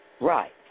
Right